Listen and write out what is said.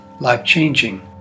life-changing